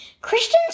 Christians